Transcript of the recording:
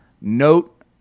Note